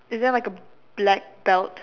is there like a black belt